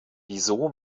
wieso